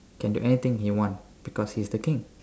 can do anything he want because he's the king